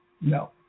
no